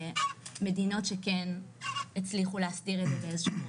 מדינות שהצליחו להסדיר את זה באיזשהו אופן.